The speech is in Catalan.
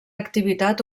activitat